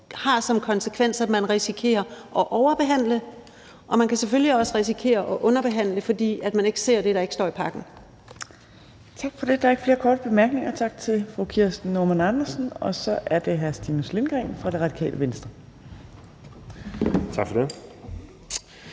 har som konsekvens, at man risikerer at overbehandle, og man kan selvfølgelig også risikere at underbehandle, fordi man ikke ser det, der ikke fremgår af pakken. Kl. 14:15 Tredje næstformand (Trine Torp): Der er ikke flere korte bemærkninger. Tak til fru Kirsten Normann Andersen. Så er det hr. Stinus Lindgreen fra Radikale Venstre. Kl.